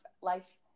life